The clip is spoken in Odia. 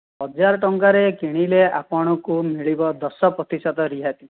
ହଜାର ଟଙ୍କାରେ କିଣିଲେ ଆପଣଙ୍କୁ ମିଳିବ ଦଶ ପ୍ରତିଶତ ରିହାତି